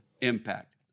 impact